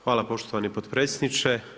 Hvala poštovani potpredsjedniče.